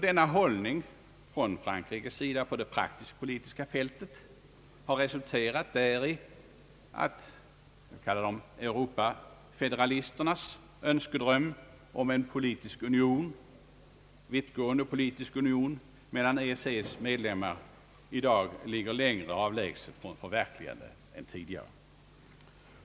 Denna Frankrikes hållning har på det praktiskpolitiska fältet resulterat däri, att Europafederalisternas önskedröm om en vittgående politisk union mellan EEC:s medlemmar i dag ligger längre från sitt förverkligande än tidigare.